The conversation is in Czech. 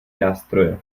nástroje